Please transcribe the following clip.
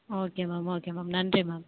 okay ma'am okay ma'am நன்றி ma'am